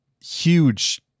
huge